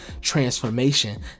transformation